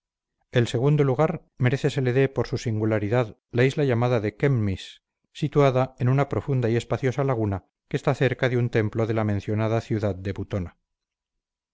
el segundo lugar merece se le dé por su singularidad la isla llamada de chemmis situada en una profunda y espaciosa laguna que está cerca de un templo de la mencionada ciudad de butona